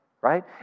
right